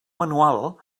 manual